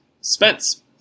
Spence